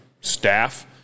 staff